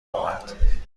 اومد